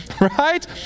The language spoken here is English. Right